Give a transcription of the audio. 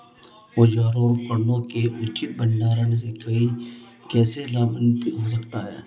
औजारों और उपकरणों के उचित भंडारण से कोई कैसे लाभान्वित हो सकता है?